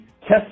test